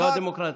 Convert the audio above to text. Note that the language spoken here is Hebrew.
זו הדמוקרטיה.